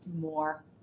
more